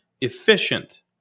efficient